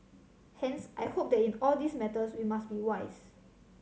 hence I hope that in all these matters we must be wise